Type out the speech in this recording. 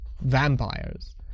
vampires